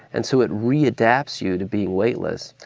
and so, it re-adapts you to be weightless,